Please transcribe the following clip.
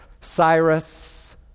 Cyrus